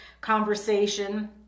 conversation